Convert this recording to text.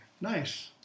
Nice